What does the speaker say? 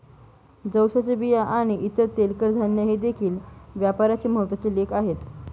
जवसाच्या बिया आणि इतर तेलकट धान्ये हे देखील व्यापाराचे महत्त्वाचे लेख आहेत